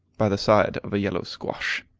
by the side of a yellow squash.